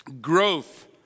Growth